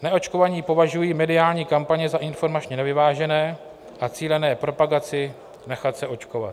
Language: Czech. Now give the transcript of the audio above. Neočkovaní považují mediální kampaně za informačně nevyvážené a cílené propagaci nechat se očkovat.